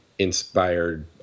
inspired